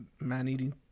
man-eating